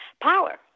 power